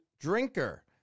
drinker